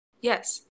Yes